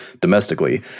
domestically